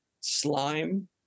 slime